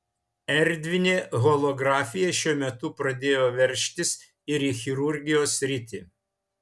erdvinė holografija šiuo metu pradėjo veržtis ir į chirurgijos sritį